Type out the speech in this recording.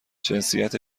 جنسیت